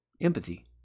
Empathy